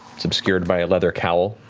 it's obscured by a leather cowl